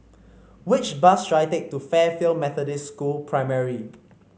which bus should I take to Fairfield Methodist School Primary